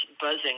buzzing